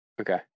Okay